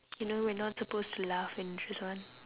you know we're not supposed to laugh when we choose one